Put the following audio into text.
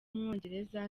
w’umwongereza